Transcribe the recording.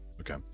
Okay